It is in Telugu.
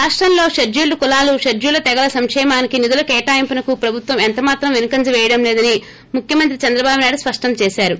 రాష్టంలో పెడ్నూల్ల్ కులాలు తెగల సంకేమానికి నిధుల కేటాయింపునకు ప్రభుత్వం ఎంతమాత్రం పెనుకంజ వేయడం లేదని ముఖ్యమంత్రి చంద్రబాబు నాయుడు స్పష్టం చేశారు